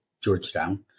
Georgetown